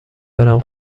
برم